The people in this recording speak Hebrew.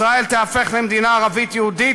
ישראל תיהפך למדינה ערבית-יהודית,